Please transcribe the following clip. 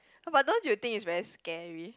but don't you think it's very scary